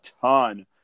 ton